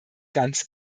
ganz